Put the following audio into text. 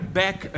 back